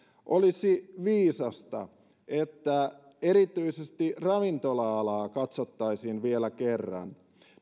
olisi viisasta että erityisesti ravintola alaa katsottaisiin vielä kerran